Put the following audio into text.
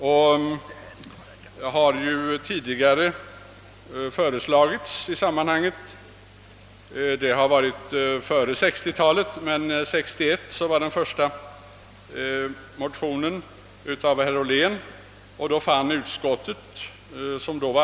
Den första motionen i den speciella fråga vi tagit upp väcktes år 1961 av herr Ollén i första kammaren.